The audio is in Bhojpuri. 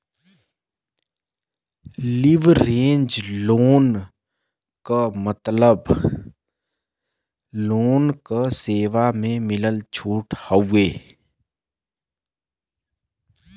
लिवरेज लोन क मतलब लोन क सेवा म मिलल छूट हउवे